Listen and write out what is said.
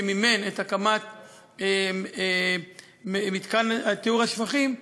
שמימן את הקמת מתקן טיהור השפכים,